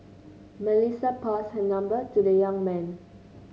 Melissa passed her number to the young man